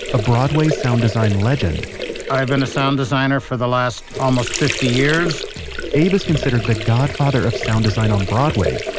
a broadway sound design legend i've been a sound designer for the last almost fifty years abe is considered the godfather of sound design on broadway.